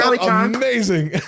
Amazing